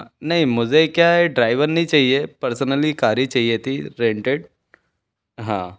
नहीं मुझे क्या है ड्राइवर नहीं चाहिए पर्सनली कार ही चाहिए थी रेनटेड हाँ